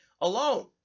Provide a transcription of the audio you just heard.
alone